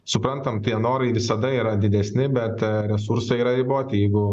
suprantam tie norai visada yra didesni bet resursai yra riboti jeigu